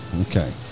Okay